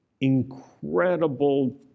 incredible